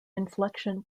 inflection